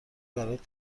برات